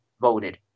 voted